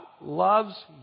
loves